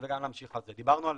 דיברנו על